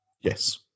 yes